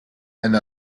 and